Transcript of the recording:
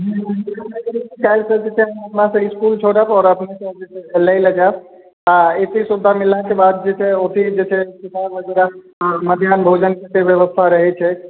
काल्हिसँ जे छै से हम अपनासँ इसकुल छोड़ब आ लै लए जाएब आ एते सुविधा मिललाके बाद जे छै ओतै जे छै मध्याह्न भोजनके व्यवस्था रहै छै